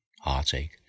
heartache